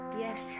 Yes